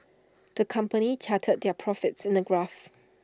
the company charted their profits in A graph